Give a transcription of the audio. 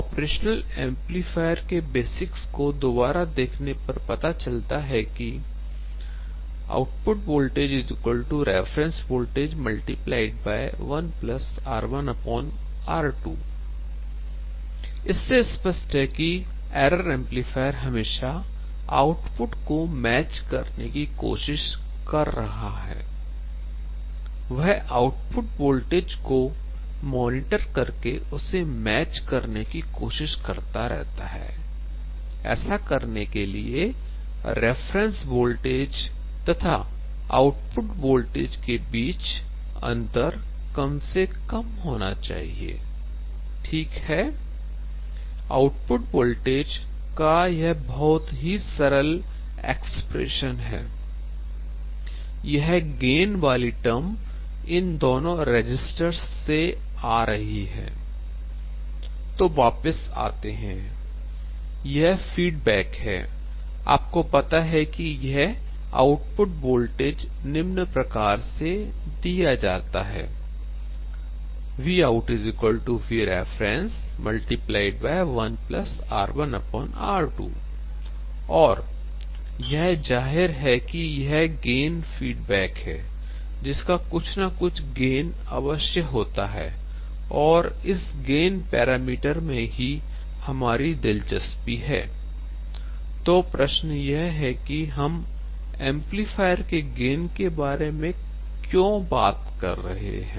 operational amplifier के basics को दोबारा देखने पर पता चलता है कि VoutVref 1R1R2 इससे स्पष्ट है कि एरर एमप्लीफायर हमेशा आउटपुट को मैच करने की कोशिश कर रहा है I वह आउटपुट वोल्टेज Vout को मॉनिटर करके उसे मैच करने की कोशिश करता रहता है I ऐसा करने के लिए रेफरेन्स वोल्टेज Vref तथा आउटपुट वोल्टेज Vout के बीच अंतर कम से कम होना चाहिए I ठीक हैआउटपुट वोल्टेज का यह बहुत ही सरल एक्सप्रेशन है I यह गेन वाली टर्म इन दोनों रेसिस्टर्स से आ रही है I तो वापस आते हैं यह फीडबैक है Iआपको पता है कि यह आउटपुट वोल्टेज निम्न प्रकार से दिया जाता है Vout Vref 1R1R2 और यह जाहिर है यह गेन फीडबैक है जिसका कुछ ना कुछ गेन अवश्य होता है और इस गेन पैरामीटर में ही हमारी दिलचस्पी हैI तो प्रश्न यह है कि हम एंपलीफायर के गेन के बारे में क्यों बात कर रहे हैं